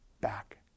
back